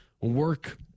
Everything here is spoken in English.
work